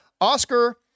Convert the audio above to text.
Oscar